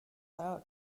قرار